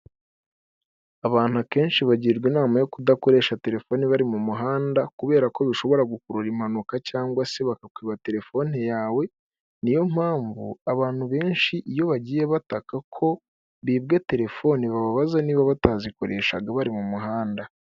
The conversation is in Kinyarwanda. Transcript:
Abantu akenshi bagirwa inama yo kudakoresha telefone bari mu muhanda kubera ko bishobora gukurura impanuka cyangwa se bakakwiba telefone yawe, niyo mpamvu abantu benshi iyo bagiye bataka ko bibwe telefoni babaza niba batazikoreshaga bari mu muhanda.